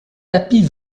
tapis